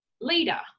leader